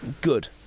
Good